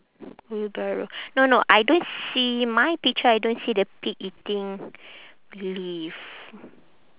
wheelbarrow no no I don't see my picture I don't see the pig eating leaf